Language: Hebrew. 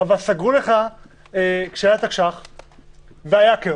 אבל סגרו לך כשהיה תקש"ח והיה כאוס.